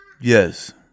Yes